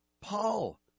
Paul